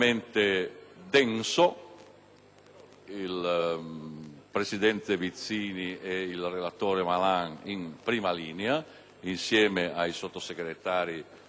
il presidente Vizzini ed il relatore Malan in prima linea, insieme ai sottosegretari Giorgetti e Casero.